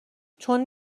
چون